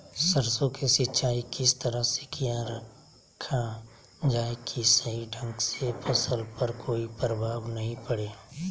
सरसों के सिंचाई किस तरह से किया रखा जाए कि सही ढंग से फसल पर कोई प्रभाव नहीं पड़े?